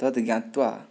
तद् ज्ञात्वा